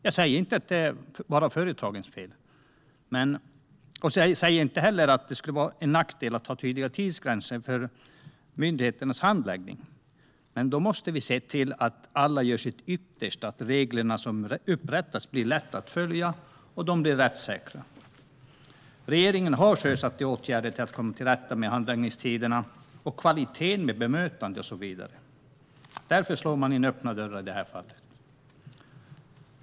Jag säger inte att det är bara företagens fel, och jag säger inte heller att det skulle vara till nackdel att ha tydliga tidsgränser för myndigheternas handläggning, men vi måste se till att alla gör sitt yttersta för att de regler som upprättas blir lätta att följa och att de blir rättssäkra. Regeringen har sjösatt åtgärder för att komma tillrätta med handläggningstider och kvaliteten i bemötande och så vidare. Därför slår man in öppna dörrar i det här fallet.